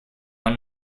one